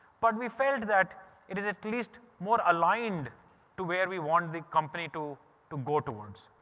but we felt that it is at least more aligned to where we want the company to to go towards